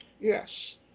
Yes